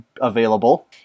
available